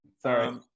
Sorry